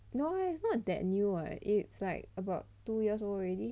no eh it's not that new [what] it's like about two years old already